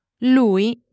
Lui